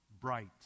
bright